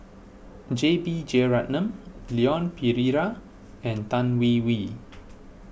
J B Jeyaretnam Leon Perera and Tan Hwee Hwee